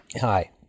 Hi